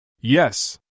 Yes